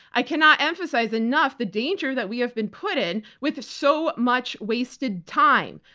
i cannot emphasize enough the danger that we have been put in with so much wasted time.